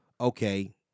Okay